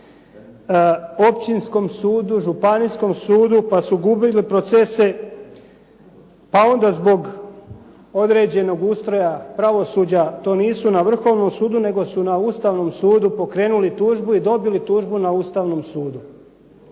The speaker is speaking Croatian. općinskom sudu, županijskom sudu pa su gubili procese, a onda zbog određenog ustroja pravosuđa to nisu na Vrhovnom sudu, nego su na Ustavnom sudu pokrenuli tužbu i dobili tužbu na Ustavnom sudu.